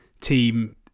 team